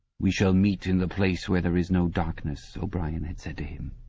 we shall meet in the place where there is no darkness o'brien had said to him.